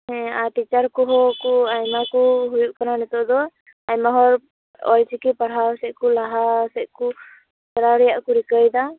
ᱦᱮ ᱟᱨ ᱴᱤᱪᱟᱨ ᱠᱚᱦᱚᱸ ᱠᱚ ᱟᱭᱢᱟ ᱠᱚ ᱦᱩᱭᱩᱜ ᱠᱟᱱᱟ ᱱᱤᱛᱳᱜ ᱫᱚ ᱟᱭᱢᱟ ᱦᱚᱲ ᱚᱞ ᱪᱤᱠᱤ ᱯᱟᱲᱦᱟᱣ ᱥᱮᱫᱠᱚ ᱞᱟᱦᱟᱣ ᱥᱮᱫᱠᱚ ᱪᱟᱞᱟᱣ ᱨᱮᱭᱟᱜ ᱠᱚ ᱨᱤᱠᱟᱹᱭᱮᱫᱟ